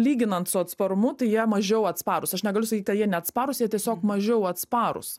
lyginant su atsparumu tai jie mažiau atsparūs aš negaliu sakyt jie neatsparūs jie tiesiog mažiau atsparūs